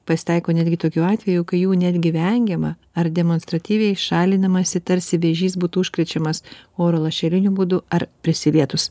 pasitaiko netgi tokių atvejų kai jų netgi vengiama ar demonstratyviai šalinamasi tarsi vėžys būtų užkrečiamas oro lašeliniu būdu ar prisilietus